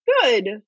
Good